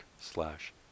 slash